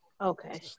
Okay